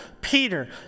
Peter